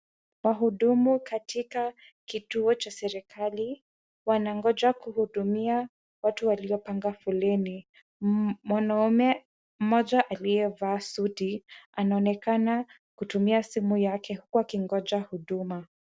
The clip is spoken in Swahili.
Wahudumu katika kituo cha serikali wanangoja kuhudumia watu waliopanga foleni. Mwanaume mmoja aliyevaa suti anaonekana kutumia simu yake huku akingoja huduma.